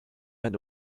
and